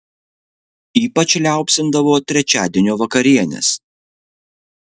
ypač liaupsindavo trečiadienio vakarienes